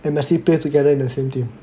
and Messi play together in the same team